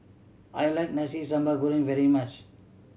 I like Nasi Sambal Goreng very much